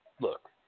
look